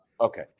Okay